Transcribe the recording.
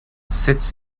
cette